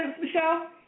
Michelle